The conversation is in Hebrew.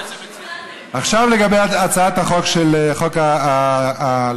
עכשיו לגבי הצעת החוק של חוק הלאום,